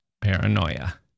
paranoia